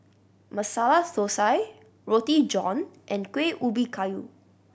Masala Thosai Roti John and Kueh Ubi Kayu